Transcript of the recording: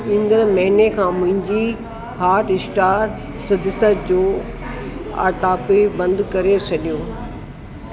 ईंदड़ु महीने खां मुंहिंजी हॉटस्टार सदस्यता जो ऑटा पे बंदि करे छॾियो